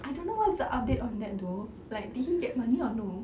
I don't know what's the update on that though like did he get money or no